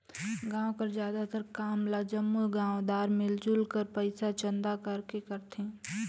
गाँव कर जादातर काम मन ल जम्मो गाँवदार मिलजुल कर पइसा चंदा करके करथे